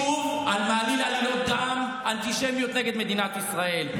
או שאתה מגן שוב על מעליל עלילות דם אנטישמיות נגד מדינת ישראל?